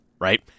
Right